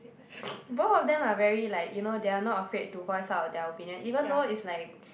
both of them are very like you know they're not afraid to voice out their opinion even though is like